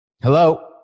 Hello